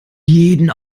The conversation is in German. jeden